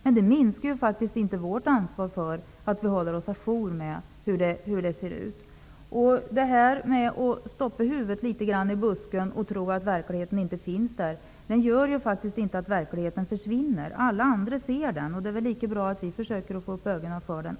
Men det minskar faktiskt inte vårt ansvar för att hålla oss à jour med hur det ser ut. Att stoppa huvudet i busken och tro att verkligheten inte finns innebär faktiskt inte att verkligheten försvinner. Andra ser den, och det är väl lika bra att också vi försöker få upp ögonen för den.